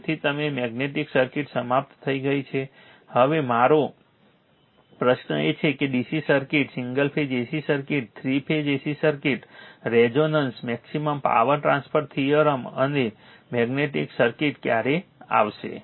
તેથી હવે magnetic circuit સમાપ્ત થઈ ગઈ છે હવે મારો પ્રશ્ન એ છે કે DC circuit single phase AC circuit 3 phase AC circuit resonance maximum power transfer theorem અને મેગ્નેટિક સર્કિટ ક્યારે આવશે